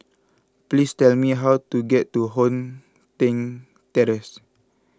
please tell me how to get to Hong San Terrace